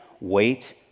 wait